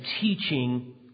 teaching